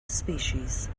species